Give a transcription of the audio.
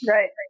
Right